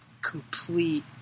complete